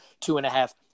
two-and-a-half